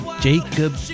Jacob